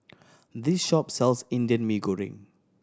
this shop sells Indian Mee Goreng